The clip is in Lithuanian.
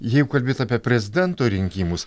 jeigu kalbėti apie prezidento rinkimus